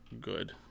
good